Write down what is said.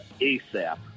ASAP